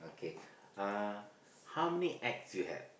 kay uh how many ex you had